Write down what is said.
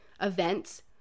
events